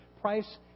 price